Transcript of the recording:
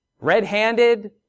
red-handed